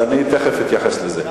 אני תיכף אתייחס לזה.